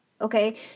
okay